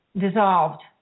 dissolved